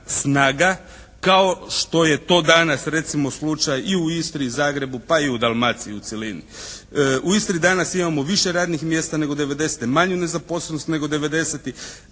snaga kao što je to danas recimo slučaj i u Istri, Zagrebu pa i u Dalmaciji u cjelini. U Istri danas imamo više radnih mjesta nego '90., manju nezaposlenost nego '90.,